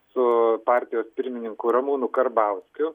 su partijos pirmininku ramūnu karbauskiu